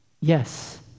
Yes